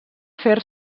fer